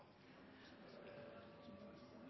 jeg skal